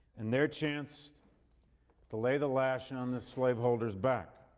and their chance to lay the lash on this slaveholder's back.